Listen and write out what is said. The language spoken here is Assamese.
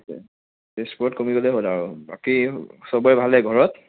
তেজপুৰত কমি গ'লে হ'ল আৰু বাকী সবৰে ভালে ঘৰত